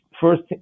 first